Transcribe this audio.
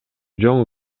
жөн